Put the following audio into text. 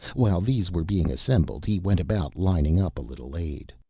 while these were being assembled he went about lining up a little aid.